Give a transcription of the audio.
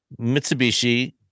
Mitsubishi